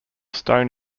stone